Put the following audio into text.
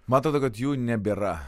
matote kad jų nebėra